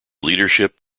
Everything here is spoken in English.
leadership